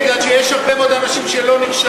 מפני שיש הרבה מאוד אנשים שלא נרשמים.